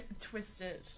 twisted